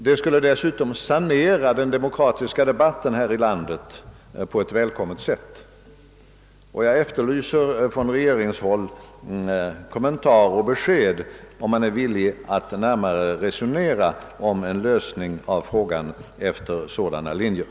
Det skulle bl.a. sanera den demokratiska debatten här i landet på ett välkommet sätt. Jag efterlyser från regeringshåll kommentarer och besked, huruvida man är villig att närmare resonera om en lösning av frågan efter sådana linjer.